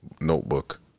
notebook